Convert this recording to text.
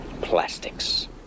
Plastics